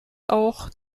auch